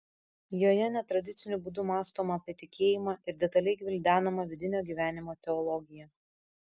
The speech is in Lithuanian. joje netradiciniu būdu mąstoma apie tikėjimą ir detaliai gvildenama vidinio gyvenimo teologija